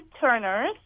turners